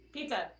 Pizza